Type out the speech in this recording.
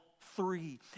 three